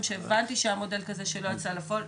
שהבנתי שכן היה מודל כזה שלא יצא לפועל.